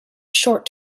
short